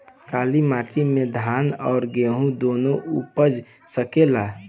काली माटी मे धान और गेंहू दुनो उपज सकेला?